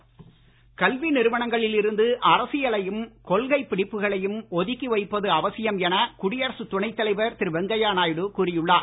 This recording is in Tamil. வெங்கையநாயுடு கல்வி நிறுவனங்களில் இருந்து அரசியலையும் கொள்கை பிடிப்புகளையும் ஒதுக்கி வைப்பது அவசியம் என குடியரசு துணைத் தலைவர் திரு வெங்கையநாயுடு கூறி உள்ளார்